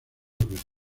veces